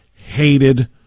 hated